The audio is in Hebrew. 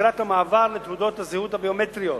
לקראת המעבר לתעודות הזהות הביומטריות